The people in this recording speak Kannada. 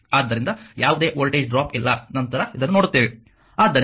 ಆದ್ದರಿಂದ ಯಾವುದೇ ವೋಲ್ಟೇಜ್ ಡ್ರಾಪ್ ಇಲ್ಲ ನಂತರ ಇದನ್ನು ನೋಡುತ್ತೇವೆ